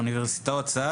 באוניברסיטאות.